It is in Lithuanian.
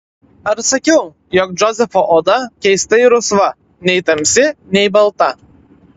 ar sakiau jog džozefo oda keistai rusva nei tamsi nei balta